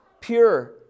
pure